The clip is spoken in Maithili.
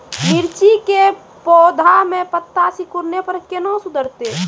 मिर्ची के पौघा मे पत्ता सिकुड़ने पर कैना सुधरतै?